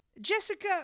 Jessica